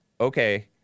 okay